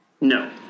No